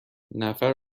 نفر